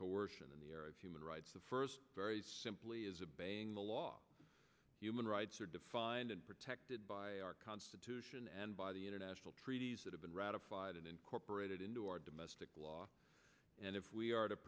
coercion and the human rights of first very simply as a banga law human rights are defined and protected by our constitution and by the international treaties that have been ratified and incorporated into our domestic law and if we are to